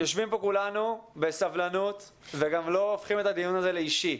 יושבים כאן כולנו בסבלנות וגם לא הופכים את הדיון הזה לאישי,